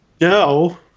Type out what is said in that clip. No